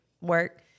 work